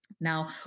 Now